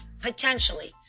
Potentially